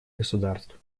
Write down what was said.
государств